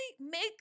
make